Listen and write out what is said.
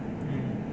mm